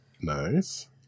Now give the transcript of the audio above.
Nice